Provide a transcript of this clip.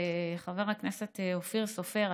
חבר הכנסת אופיר סופר,